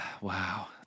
wow